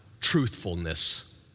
truthfulness